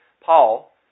Paul